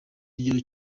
kigero